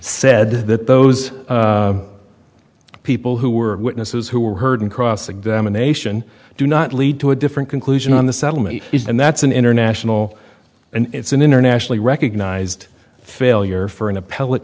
said that those people who were witnesses who were heard in cross examination do not lead to a different conclusion on the settlement and that's an international and it's an internationally recognized failure for an appell